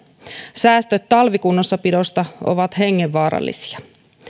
säästöt talvikunnossapidosta ovat hengenvaarallisia